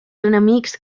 enemics